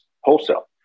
wholesale